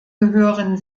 gehören